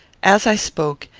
as i spoke,